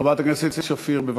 חברת הכנסת סתיו שפיר, בבקשה.